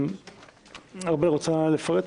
ארבל, את רוצה לפרט?